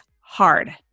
hard